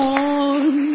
on